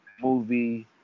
movie